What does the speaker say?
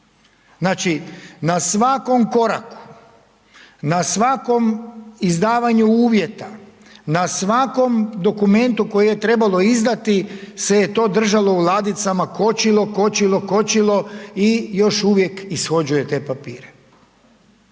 Znači, na svakom koraku, na svakom izdavanju uvjeta, na svakom dokumentu koji je trebalo izdati se je to držalo u ladicama, kočilo, kočilo, kočilo i još uvijek ishođuje te papire.